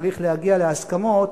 צריך להגיע להסכמות,